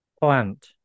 plant